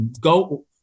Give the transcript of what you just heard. Go